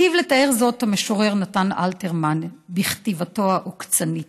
היטיב לתאר זאת המשורר נתן אלתרמן בכתיבתו העוקצנית: